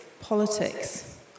politics